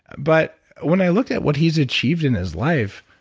but when i looked at what he's achieved in his life,